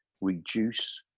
reduce